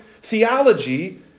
theology